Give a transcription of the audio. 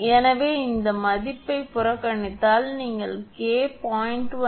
எனவே இந்த மதிப்பைப் புறக்கணித்தால் நீங்கள் கே 0